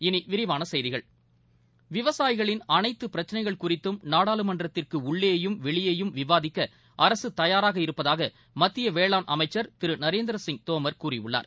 இனி விரிவான செய்திகள் விவசாயிகளின் அனைத்து பிரச்சளைகள் குறித்தும் நாடாளுமன்றத்திற்கு உள்ளேயும் வெளியேயும் விவாதிக்க அரசு தயாராக இருப்பதாக மத்திய வேளாண் அமைச்சர் திரு நரேந்திர சிங் தோமர் கூறியுள்ளார்